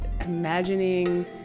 imagining